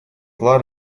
зла